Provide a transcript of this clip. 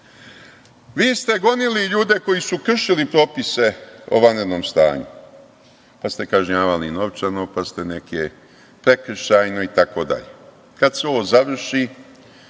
Vi ste gonili ljude koji su kršili propise o vanrednom stanju, pa ste kažnjavali novčano, pa ste neke prekršajno i tako dalje. Kad se ovo završi,